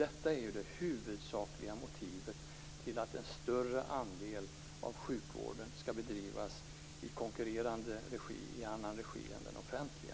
Detta är det huvudsakliga motivet till att en större andel av sjukvården skall bedrivas i annan regi än den offentliga.